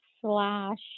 slash